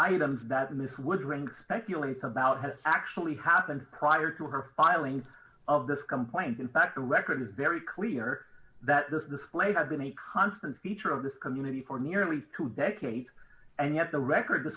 render speculates about has actually happened prior to her filing of this complaint in fact her record is very clear that this way has been a constant feature of this community for nearly two decades and yet the record